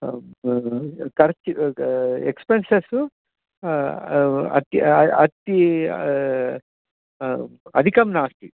कर्च् expenses अति अति अधिकं नास्ति